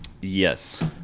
Yes